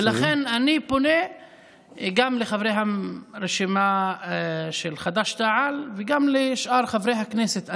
ולכן אני פונה גם לחברי הרשימה של חד"ש-תע"ל וגם לשאר חברי הכנסת,